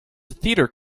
theatre